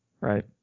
Right